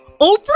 Oprah